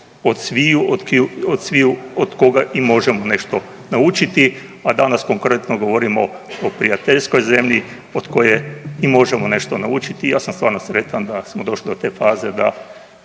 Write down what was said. od sviju od koga i možemo nešto naučiti. A danas konkretno govorimo o prijateljskoj zemlji od koje i možemo nešto naučiti. I ja sam stvarno sretan da smo došli do te faze da